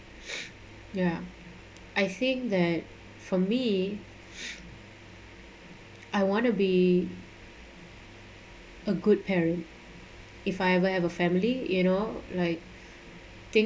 ya I think that for me I want to be a good parent if I ever have a family you know like think